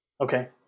Okay